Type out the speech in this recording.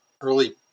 early